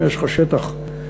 אם יש לך שטח בידיך,